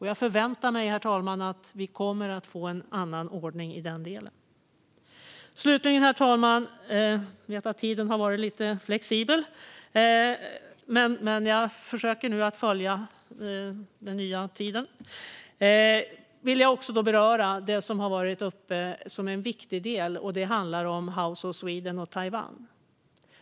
Jag förväntar mig att vi kommer att få en annan ordning i den delen. Slutligen - jag vet att tiden varit lite flexibel, herr talman, men jag försöker nu följa den nya tiden - vill jag beröra det som varit uppe som en viktig del. Det handlar om House of Sweden och Taiwan.